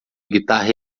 guitarra